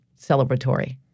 celebratory